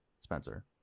spencer